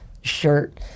shirt